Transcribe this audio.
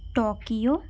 Tokyo